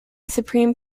supreme